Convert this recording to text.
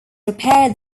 prepare